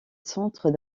centres